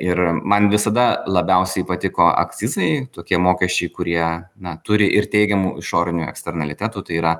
ir man visada labiausiai patiko akcizai tokie mokesčiai kurie na turi ir teigiamų išorinių ekstranalitetų tai yra